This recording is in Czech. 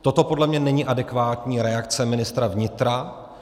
Toto podle mě není adekvátní reakce ministra vnitra.